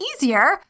easier